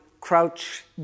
crouch